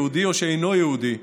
יהודי או שאינו יהודי,